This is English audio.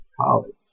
college